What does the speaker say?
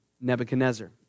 Nebuchadnezzar